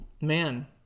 man